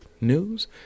news